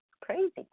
crazy